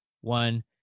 one